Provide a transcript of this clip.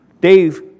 Dave